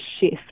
shift